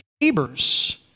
neighbors